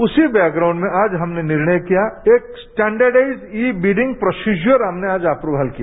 उसी बैक्प्राउंड में आज हमने निर्णय किया एक स्टैंडैंडाइज ई बिडिंग प्रोसिजर आज हमने अप्रवल किया